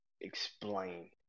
explain